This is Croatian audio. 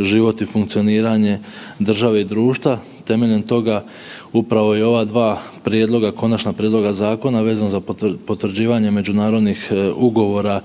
život i funkcioniranje države i društva. Temeljem toga upravo i ova dva prijedloga, konačna prijedloga zakona vezano za potvrđivanje međunarodnih ugovora